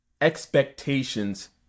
expectations